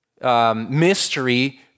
mystery